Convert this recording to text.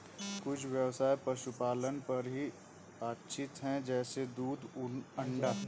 कुछ ब्यवसाय पशुपालन पर ही आश्रित है जैसे दूध, ऊन, अंडा